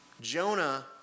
Jonah